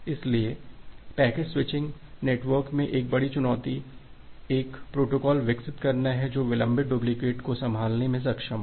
इसलिए packet switching network में एक बड़ी चुनौती एक प्रोटोकॉल विकसित करना है जो विलंबित डुप्लिकेट को संभालने में सक्षम हो